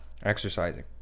Exercising